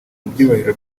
byubahiro